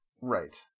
Right